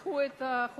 שניסח את החוק,